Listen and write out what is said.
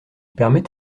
permet